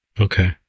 Okay